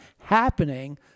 happening